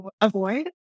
avoid